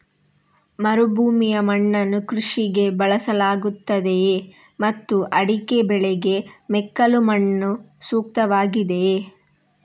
ಮರುಭೂಮಿಯ ಮಣ್ಣನ್ನು ಕೃಷಿಗೆ ಬಳಸಲಾಗುತ್ತದೆಯೇ ಮತ್ತು ಅಡಿಕೆ ಬೆಳೆಗೆ ಮೆಕ್ಕಲು ಮಣ್ಣು ಸೂಕ್ತವಾಗಿದೆಯೇ?